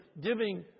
giving